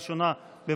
התשפ"ג 2022,